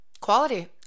quality